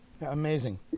amazing